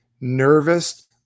nervous